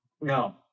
No